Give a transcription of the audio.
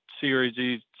series